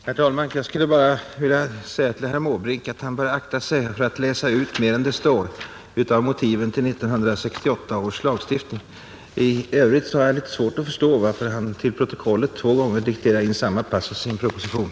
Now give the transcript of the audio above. Herr talman! Jag vill säga till herr Måbrink att han bör akta sig för att läsa ut mer än vad som står i motiven till 1968 års lagstiftning. I övrigt har jag litet svårt att förstå varför herr Måbrink till protokollet två gånger dikterar in samma passus i en proposition.